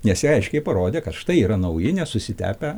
nes jie aiškiai parodė kad štai yra nauji nesusitepę